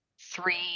three